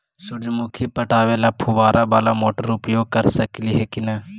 सुरजमुखी पटावे ल फुबारा बाला मोटर उपयोग कर सकली हे की न?